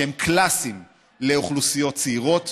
שהם קלאסיים לאוכלוסיות צעירות,